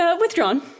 Withdrawn